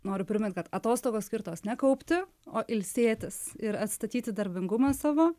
noriu primint kad atostogos skirtos ne kaupti o ilsėtis ir atstatyti darbingumą savo